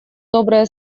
добрые